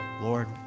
Lord